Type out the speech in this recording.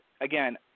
again